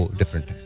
different